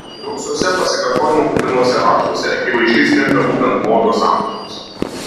gausiuose pasikartojimų kupinuose raštuose akivaizdžiai stinga būtent blogio sampratos